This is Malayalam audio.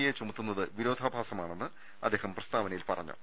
എ ചുമത്തുന്നത് വിരോധാഭാസമാണെന്ന് അദ്ദേഹം പ്രസ്താവനയിൽ പറ ഞ്ഞു